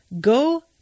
Go